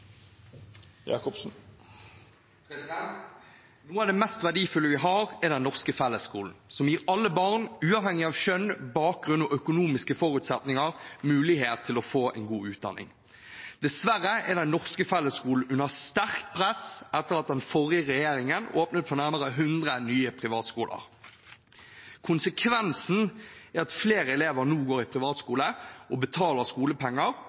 Noe av det mest verdifulle vi har, er den norske fellesskolen, som gir alle barn, uavhengig av kjønn, bakgrunn og økonomiske forutsetninger, mulighet til å få en god utdanning. Dessverre er den norske fellesskolen under sterkt press etter at den forrige regjeringen åpnet for nærmere 100 nye privatskoler. Konsekvensen er at flere elever nå går i privatskole og betaler